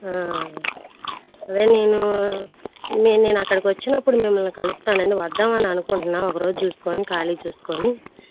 అదే నేను నేను అక్కడికి వచ్చినప్పుడు మిమ్మల్ని కలుస్తానండి వద్దామని అనుకుంటున్నాను ఒక రోజు చూసుకొని ఖాళీ చూసుకొని